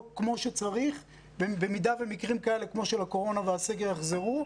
כפי שצריך במידה ומקרים כאלה כמו הקורונה והסגר יחזרו,